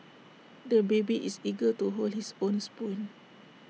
the baby is eager to hold his own spoon